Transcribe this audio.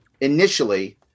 initially